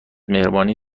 مهربانی